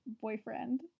boyfriend